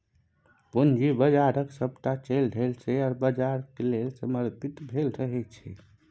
पूंजी बाजारक सभटा चालि ढालि शेयर बाजार लेल समर्पित भेल रहैत छै